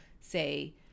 say